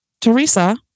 Teresa